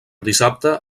dissabte